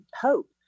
hope